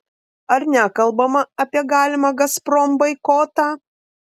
ar nekalbama apie galimą gazprom boikotą